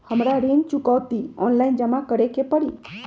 हमरा ऋण चुकौती ऑनलाइन जमा करे के परी?